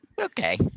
Okay